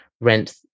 rent